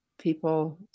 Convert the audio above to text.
people